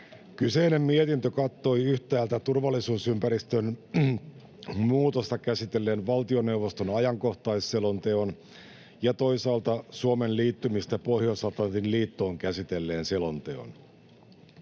Kyseinen mietintö kattoi yhtäältä turvallisuusympäristön muutosta käsitellen valtioneuvoston ajankohtaisselonteon ja toisaalta Suomen liittymistä Pohjois-Atlantin liittoon käsitelleen selonteon.